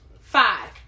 five